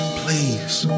please